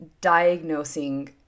diagnosing